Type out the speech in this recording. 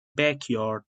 backyard